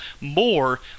more